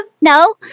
No